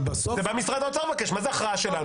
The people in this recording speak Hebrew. בא משרד האוצר ומבקש, מה זה הכרעה שלנו?